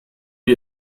die